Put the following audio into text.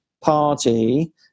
party